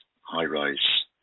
high-rise